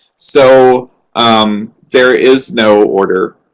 so um there is no order.